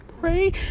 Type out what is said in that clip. pray